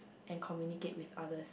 and communicate with others